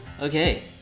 Okay